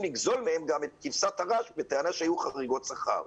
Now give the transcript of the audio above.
לגזול מהם גם את כבשת הרש בטענה שהיו חריגות שכר.